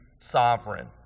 sovereign